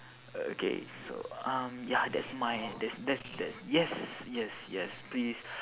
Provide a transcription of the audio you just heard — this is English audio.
okay so um ya that's my that's that's that's yes yes yes please